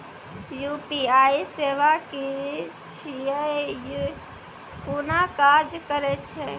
UPI सेवा की छियै? ई कूना काज करै छै?